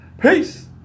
Peace